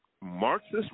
Marxist